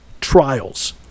trials